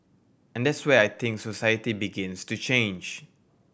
and that's where I think society begins to change